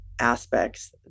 aspects